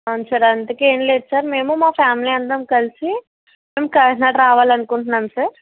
అవున్ సార్ అందుకే ఏం లేద్ సర్ మేము మా ఫ్యామిలీ అందరం కలిసి కాకినాడ రావాలనుకుంటున్నాం సార్